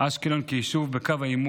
אשקלון כיישוב בקו העימות,